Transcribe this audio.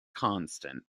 constant